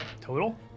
Total